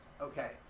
Okay